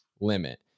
limit